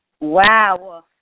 Wow